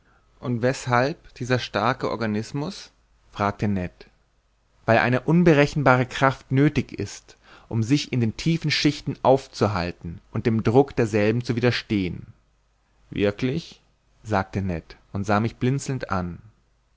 und weshalb dieser starke organismus fragte ned weil eine unberechenbare kraft nöthig ist um sich in den tiefen schichten aufzuhalten und dem druck derselben zu widerstehen wirklich sagte ned und sah mich blinzelnd an